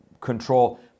control